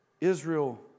Israel